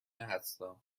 هستم